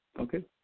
Okay